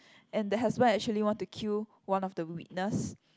and the husband actually want to kill one of the witness